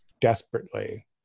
desperately